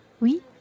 Oui